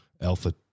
Alpha